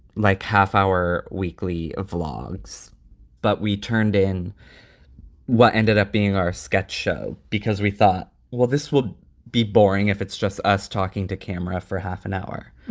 like half hour weekly of logs but we turned in what ended up being our sketch show because we thought, well, this will be boring if it's just us talking to camera for half an hour.